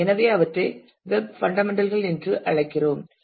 எனவே அவற்றை web fundamental கள் என்று அழைக்கிறோம்